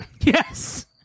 Yes